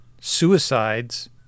suicides